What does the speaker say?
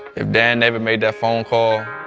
if dan never made that phone call,